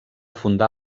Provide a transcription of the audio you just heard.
fundar